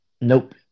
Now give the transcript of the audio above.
nope